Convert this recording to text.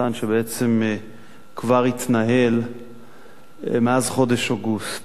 שבעצם כבר התנהל מאז חודש אוגוסט.